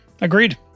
Agreed